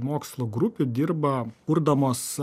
mokslo grupių dirba kurdamos